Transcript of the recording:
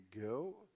go